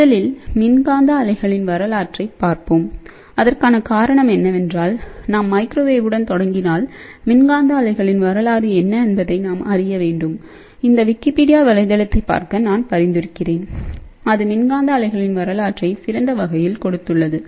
முதலில் மின்காந்த அலைகளின் வரலாற்றைப் பார்ப்போம்அதற்கான காரணம் என்னவென்றால் நாம் மைக்ரோவேவுடன் தொடங்கினால் மின்காந்த அலைகளின் வரலாறு என்ன என்பதை நாம் அறிய வேண்டும் இந்த விக்கிபீடியா வலைத்தளத்தைப் பார்க்க நான் பரிந்துரைக்கிறேன் அது மின்காந்த அலைகளின் வரலாற்றை சிறந்த வகையில் கொடுத்துள்ளது